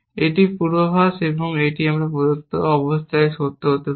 এটি একটি পূর্বাভাস এবং এটি আমার প্রদত্ত অবস্থায় সত্য হতে পারে